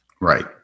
Right